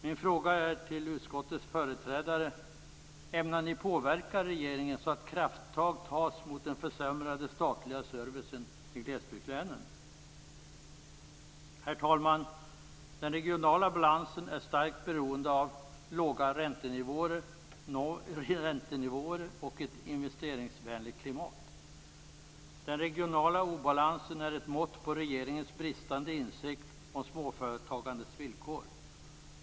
Min fråga till utskottets företrädare är: Ämnar ni påverka regeringen så att krafttag tas mot den försämrade statliga servicen i glesbygdslänen? Herr talman! Den regionala balansen är starkt beroende av låga räntenivåer och ett investeringsvänligt klimat. Den regionala obalansen är ett mått på regeringens bristande insikt vad gäller småföretagandets villkor.